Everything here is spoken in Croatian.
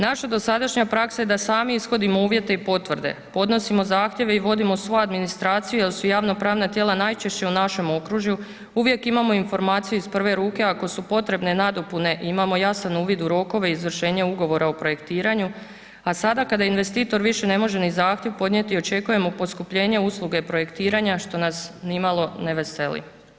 Naša dosadašnja praksa je da sami ishodimo uvjete i potvrde, podnosimo zahtjeve i vodimo svu administraciju jer su javno pravna tijela najčešće u našem okružju, uvijek imamo informaciju iz prve ruke ako su potrebne nadopune, imamo jasan uvid u rokove i izvršenje ugovora o projektiranju a sada kada investitor više ne može ni zahtjev podnijeti očekujemo poskupljenje usluge projektiranja što nas nimalo ne veseli.